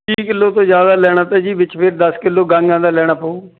ਤੀਹ ਕਿੱਲੋ ਤੋਂ ਜ਼ਿਆਦਾ ਲੈਣਾ ਤਾਂ ਜੀ ਵਿੱਚ ਫਿਰ ਦੱਸ ਕਿੱਲੋ ਗਾਈਆਂ ਦਾ ਲੈਣਾ ਪਊ